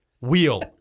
wheel